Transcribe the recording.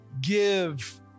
give